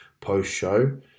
post-show